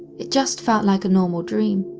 it just felt like a normal dream,